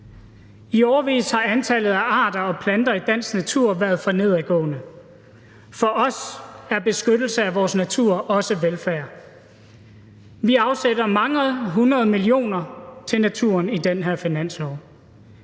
I årevis har antallet af arter og planter i dansk natur været for nedadgående. For os er beskyttelse af vores natur også velfærd. Vi afsætter mange hundrede millioner til naturen i den her finanslov.